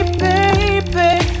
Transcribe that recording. baby